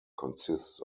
consists